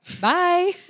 bye